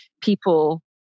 people